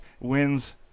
wins